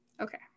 okay